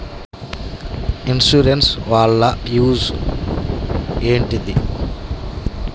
Insurance వాళ్ల use ఏంటిది?